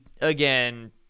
again